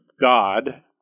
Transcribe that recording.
God